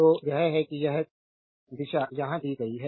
तो यह है कि यह दिशा यहाँ दी गई है